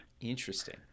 Interesting